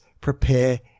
prepare